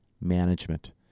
management